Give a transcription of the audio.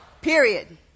Period